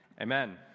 Amen